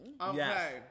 Okay